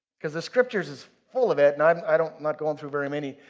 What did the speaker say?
because the scripture is is full of it and um i don't, not going through very many.